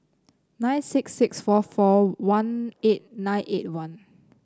nine six six four four one eight nine eight one